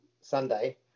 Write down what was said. Sunday